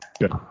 good